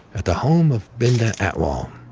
at the home of binda atwal.